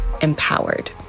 empowered